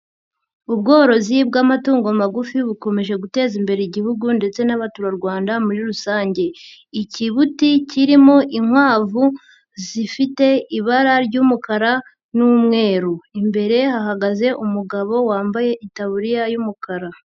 Ubworozi bw'amatungo magufi bukomeje guteza imbere Igihugu ndetse n'abaturarwanda muri rusange. Ikibuti kirimo inkwavu zifite ibara ry'umukara n'umweru, imbere hahagaze umugabo wambaye itaburiya y'umukara.